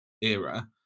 era